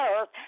earth